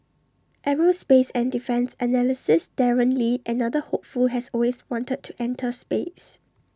aerospace and defence analysis Darren lee another hopeful has always wanted to enter space